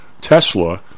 Tesla